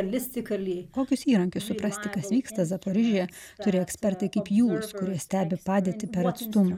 kokius įrankius suprasti kas vyksta zaporižėje turi ekspertai kaip jūs kurie stebi padėtį atstumą